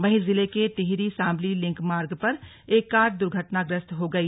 वहीं जिले के टिहरी साबली लिंक मार्ग पर एक कार के दुर्घटनाग्रस्त हो गई